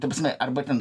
ta prasme arba ten